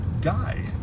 guy